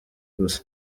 gusa